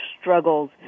struggles